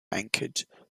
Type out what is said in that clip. anchored